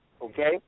Okay